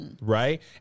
Right